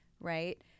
right